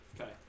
Okay